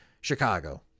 Chicago